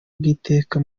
bw’iteka